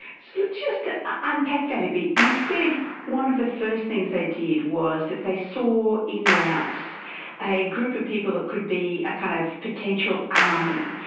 so let's just unpack that a bit. you said one of the first things they did was that they saw in laos a group of people that could be a kind of potential army.